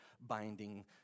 binding